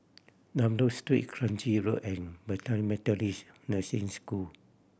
Dunlop Street Kranji Road and Bethany Methodist Nursing School